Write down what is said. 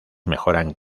mejoran